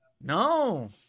No